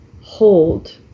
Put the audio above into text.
hold